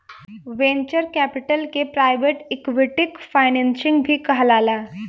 venture capital के private equity financing भी कहाला